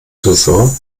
tresor